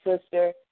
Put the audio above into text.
sister